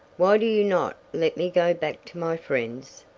why do you not let me go back to my friends?